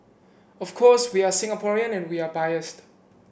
of course we are Singaporean and we are biased